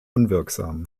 unwirksam